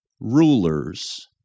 rulers